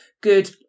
good